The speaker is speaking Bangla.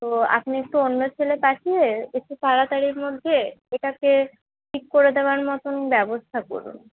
তো আপনি একটু অন্য ছেলে পাঠিয়ে এসে তাড়াতাড়ির মধ্যে এটাকে ঠিক করে দেওয়ার মতন ব্যবস্থা করুন